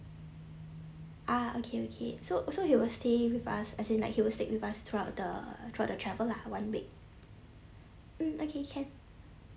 ah okay okay so so he will stay with us as in like he will stay with us throughout the throughout the travel lah one week mm okay can